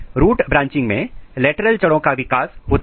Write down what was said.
root branching में lateral जड़ों का विकास होता है